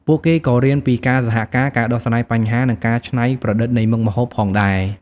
ពួកគេក៏រៀនពីការសហការ ការដោះស្រាយបញ្ហា និងការច្នៃប្រឌិតនៃមុខម្ហូបផងដែរ ។